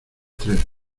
tres